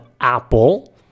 Apple